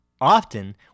Often